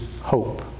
hope